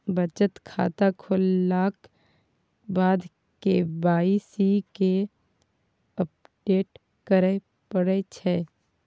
बचत खाता खोललाक बाद के वाइ सी केँ अपडेट करय परै छै